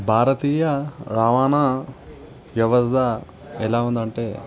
భారతీయ రవాణా వ్యవస్థ ఎలా ఉంది అంటే